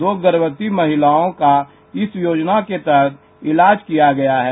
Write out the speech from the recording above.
दो गर्भवती महिलाओं का इस योजना के तहत इलाज किया गया है